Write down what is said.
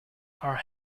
are